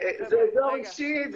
זה אזור אישי.